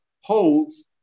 holds